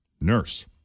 nurse